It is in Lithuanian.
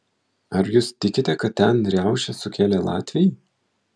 ar jūs tikite kad ten riaušes sukėlė latviai